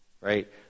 right